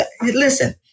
Listen